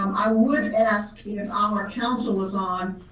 um i would ask if our counsel was on,